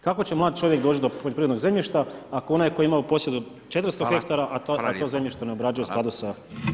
Kako će mladi čovjek doći do poljoprivrednog zemljišta ako onaj koji ima u posjedu 400 hektara a to zemljište ne obrađuje u skladu sa